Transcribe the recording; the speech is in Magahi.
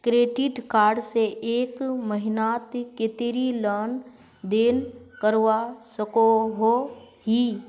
क्रेडिट कार्ड से एक महीनात कतेरी लेन देन करवा सकोहो ही?